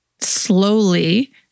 slowly-